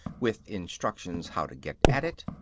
with instructions how to get at it,